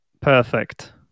perfect